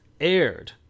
aired